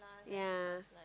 yea